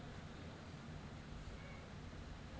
যে আথ্থিক পরিছেবা গুলা পইসার জ্যনহে দেয়